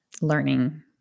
learning